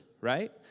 right